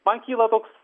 man kyla toks